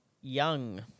Young